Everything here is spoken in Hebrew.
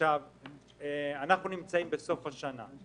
אנחנו נמצאים בסוף השנה.